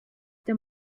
der